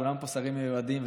כולם פה שרים מיועדים,